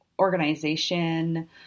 Organization